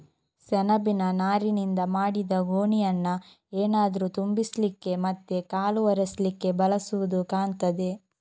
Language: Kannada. ಸೆಣಬಿನ ನಾರಿನಿಂದ ಮಾಡಿದ ಗೋಣಿಯನ್ನ ಏನಾದ್ರೂ ತುಂಬಿಸ್ಲಿಕ್ಕೆ ಮತ್ತೆ ಕಾಲು ಒರೆಸ್ಲಿಕ್ಕೆ ಬಳಸುದು ಕಾಣ್ತದೆ